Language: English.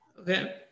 Okay